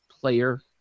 player